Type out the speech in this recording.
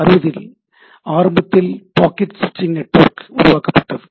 1960 இன் ஆரம்பத்தில் பாக்கெட் சுவிட்சிங் நெட்வொர்க் உருவாக்கப்பட்டது